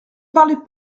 parlez